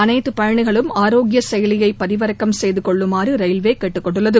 அனைத்துப் பயணிகளும் ஆரோக்கிய செயலியை பதிவிறக்கம் செய்து கொள்ளுமாறு ரயில்வே கேட்டுக் கொண்டுள்ளது